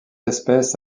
espèce